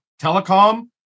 telecom